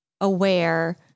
aware